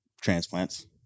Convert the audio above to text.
transplants